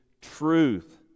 truth